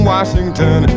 Washington